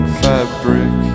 fabric